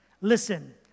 Listen